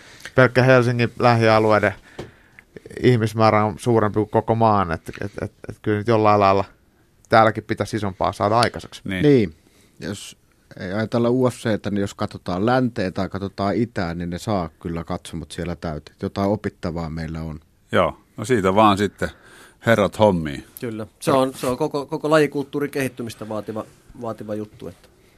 Pelkkä Helsingin lähialueiden ihmismäärä on suurempi kuin koko maan, et- et- et- et kyllä nyt jollain lailla täälläkin pitäisi isompaa saada aikaiseksi. Niin. Niin. Jos ei ajatella UFC:tä, että jos katsotaan länteen tai katsotaan itään, niin ne saa kyllä katsomot siellä täyteen. Jotain opittavaa meillä on. Joo. No siitä vaan sitten herrat hommiin. Kyllä. Se on- se on koko- koko lajikulttuurin kehittymistä vaativa- vaativa juttu, että-